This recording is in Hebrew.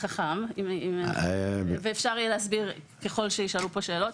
חכם ואפשר יהיה להסביר ככל שיישאלו כאן שאלות.